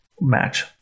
match